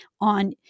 on